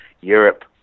Europe